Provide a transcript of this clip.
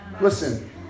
Listen